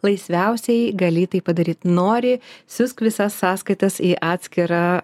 laisviausiai gali tai padaryt nori siųsk visas sąskaitas į atskirą